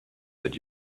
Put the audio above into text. that